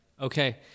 Okay